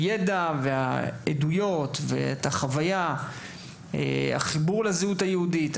הידע, העדויות, החוויה והחיבור לזהות היהודית.